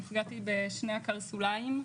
נפגעתי בשני הקרסוליים,